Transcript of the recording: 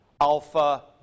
alpha